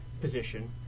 position